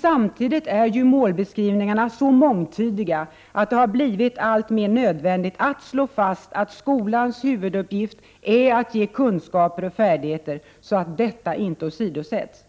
Samtidigt är målbeskrivningarna så mångtydiga att det har blivit alltmer nödvändigt att slå fast att skolans huvuduppgift är att ge kunskaper och färdigheter, så att detta inte åsidosätts.